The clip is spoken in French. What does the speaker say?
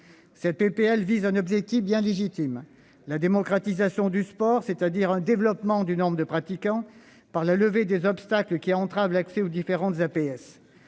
de loi vise un objectif bien légitime : la démocratisation du sport, c'est-à-dire un développement du nombre de pratiquants, par la levée des obstacles qui entravent l'accès aux différentes